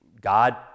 God